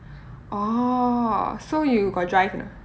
oh so you got drive or not